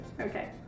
Okay